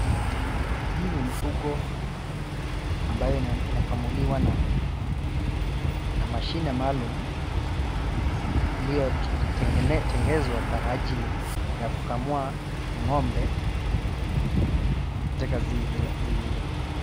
Hii ni mifugo ambayo inakamuliwa na mashine maalum iliotegezwa kwa ajili ya kukamua ng'ombe katika zizi hilo.